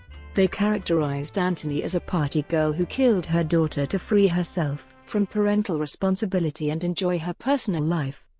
they characterized anthony as a party girl who killed her daughter to free herself from parental responsibility and enjoy her personal life.